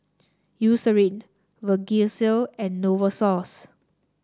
Eucerin Vagisil and Novosource